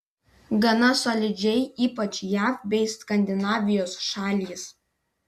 gana solidžiai ypač jav bei skandinavijos šalys